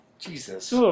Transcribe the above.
Jesus